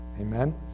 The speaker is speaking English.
Amen